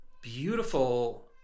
beautiful